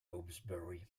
hawksbury